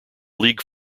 league